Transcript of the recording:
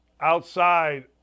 outside